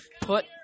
Put